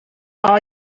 all